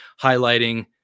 highlighting